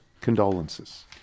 condolences